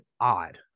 odd